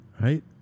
Right